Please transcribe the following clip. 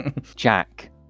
Jack